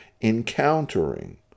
encountering